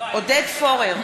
עודד פורר,